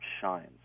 shines